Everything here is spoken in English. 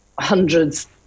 hundreds